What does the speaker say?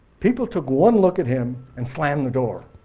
people took one look at him and slammed the door.